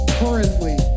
currently